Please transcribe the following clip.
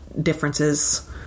differences